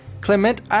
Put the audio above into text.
Clement